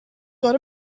got